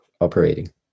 operating